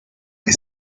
que